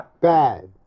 Bad